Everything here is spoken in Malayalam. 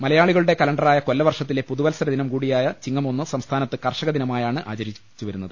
മലയാളികളുടെ കലണ്ടറായ് കൊല്ലവർഷ ത്തിലെ പുതുവത്സര ദിനംകൂടിയായ ചിങ്ങം ഒന്ന് സംസ്ഥാനത്ത് കർഷകദിനമായാണ് ആചരിച്ചുവരുന്നത്